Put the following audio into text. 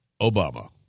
Obama